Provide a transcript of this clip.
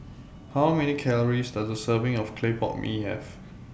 How Many Calories Does A Serving of Clay Pot Mee Have